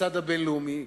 והצד הבין-לאומי.